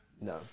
no